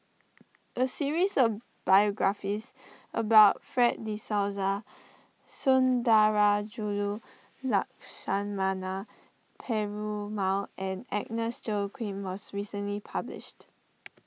a series of biographies about Fred De Souza Sundarajulu Lakshmana Perumal and Agnes Joaquim was recently published